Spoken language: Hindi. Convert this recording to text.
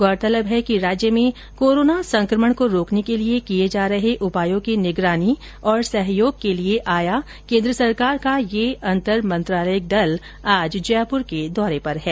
गैरतलब है कि राज्य में कोरोना संक्रमण को रोकने के लिए किये जा रहे उपायों की निगरानी और सहयोग के लिए आया केंद्र सरकार का यह अंतर मंत्रालयिक दल आज जयपुर के दौरे पर है